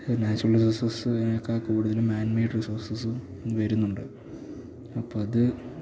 natural റിസോഴസസ്തിനെക്കാള് കൂടുതലും manmade റിസോഴസസും വരുന്നുണ്ട് അപ്പോഴത്